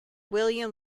william